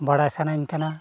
ᱵᱟᱲᱟᱭ ᱥᱟᱱᱟᱧ ᱠᱟᱱᱟ